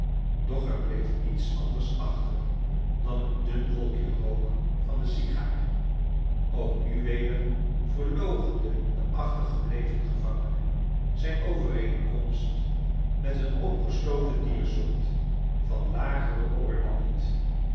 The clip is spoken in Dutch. doch er bleef niets anders achter dan een dun wolkje rook van de sigaar ook nu weder verloochcnde de achtergebleven gevangene zijn overeen kemst met een opgesloten diersoort j van lagere orde niet